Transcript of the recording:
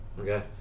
okay